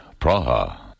Praha